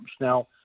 Now